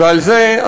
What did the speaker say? ועל זה,